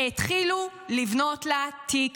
התחילו לבנות לה תיק